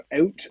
out